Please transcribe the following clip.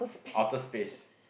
outer space